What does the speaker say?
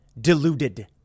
deluded